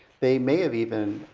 they may have even